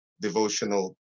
devotional